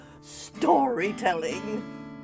Storytelling